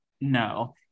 No